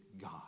God